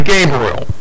Gabriel